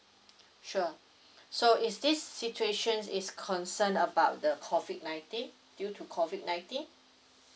sure so is this situation is concerned about the COVID nineteen due to COVID nineteen